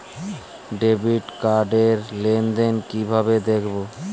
Debit card র লেনদেন কিভাবে দেখবো?